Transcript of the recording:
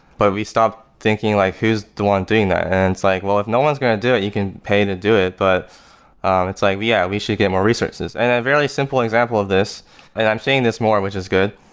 but we stop thinking like who's the one doing that. and it's like, well if no one's going to do it, you can pay and to do it. but and it's like, yeah, we should get more resources and a very simple example of this and i'm saying this more, which is good,